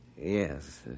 Yes